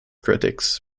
critics